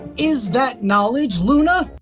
is that knowledge, luna?